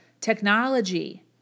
technology